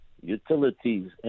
utilities